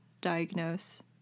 diagnose